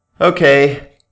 Okay